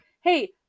hey